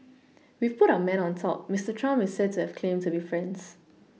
we've put our man on top Mister Trump is said to have claimed to friends